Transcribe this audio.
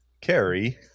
carry